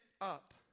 up